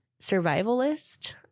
survivalist